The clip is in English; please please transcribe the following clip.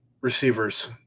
receivers